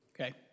Okay